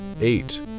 eight